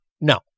No